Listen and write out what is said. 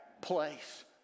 place